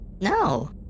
No